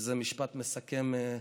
וזה משפט מסכם,